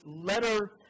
letter